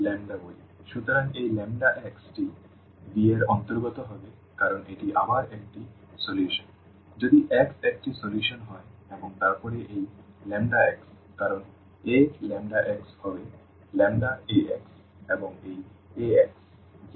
সুতরাং এই x টি V এর অন্তর্গত হবে কারণ এটি আবার একটি সমাধান যদি x একটি সমাধান হয় এবং তারপরে এই x কারণ Aλx হবে λAx এবং এই Ax 0 প্রদান করবে